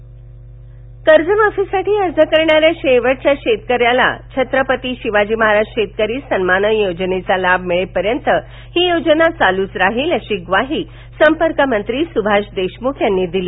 सभाष देशमख कर्जमाफीसाठी अर्ज करणाऱ्या शेवटच्या शेतकऱ्याला छत्रपती शिवाजी महाराज शेतकरी सन्मान योजनेचा लाभ मिळेपर्यंत योजना चालूच राहील अशी ग्वाही संपर्क मंत्री सुभाष देशमुख यांनी दिली